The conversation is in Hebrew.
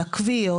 על הכוויות,